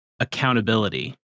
accountability